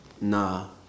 Nah